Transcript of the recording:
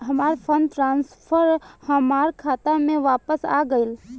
हमार fund transfer हमार खाता में वापस आ गइल